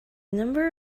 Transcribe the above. number